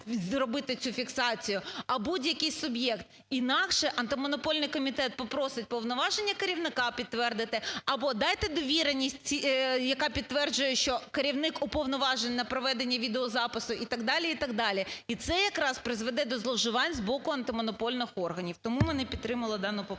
робити цю фіксацію, а будь-який суб'єкт. Інакше Антимонопольний комітет попросить повноваження керівника підтвердити або дайте довіреність, яка підтверджує, що керівник уповноважений на проведення відеозапису і так далі, і так далі. І це якраз призведе до зловживань з боку антимонопольних органів, тому ми не підтримали дану поправку.